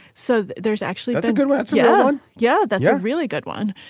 so there's actually i think good works. yeah. yeah. that's a really good one.